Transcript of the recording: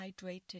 hydrated